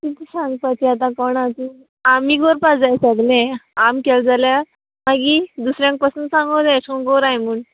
तुमी सांगपाचें आतां कोणा तूं आमी कोरपा जाय सगलें आम केलें जाल्यार मागीर दुसऱ्यांक पासून सांगूं जाय एशो गोराय म्हूण